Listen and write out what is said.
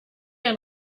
ein